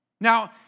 Now